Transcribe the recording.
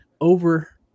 over